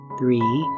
three